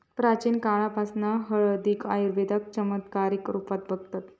प्राचीन काळापासना हळदीक आयुर्वेदात चमत्कारीक रुपात बघतत